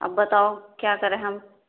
اب بتاؤ کیا کریں ہم